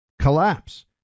collapse